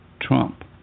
Trump